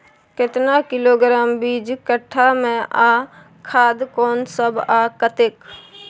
केतना किलोग्राम बीज कट्ठा मे आ खाद कोन सब आ कतेक?